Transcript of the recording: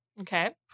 Okay